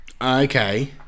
Okay